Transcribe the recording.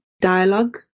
dialogue